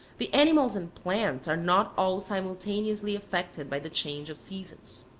the animals and plants are not all simultaneously affected by the change of seasons.